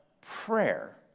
prayer